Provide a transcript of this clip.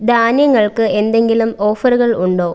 ധാന്യങ്ങൾക്ക് എന്തെങ്കിലും ഓഫറുകൾ ഉണ്ടോ